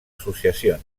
associacions